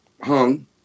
hung